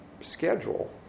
schedule